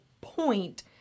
point